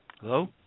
Hello